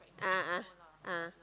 a'ah a'ah